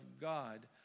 God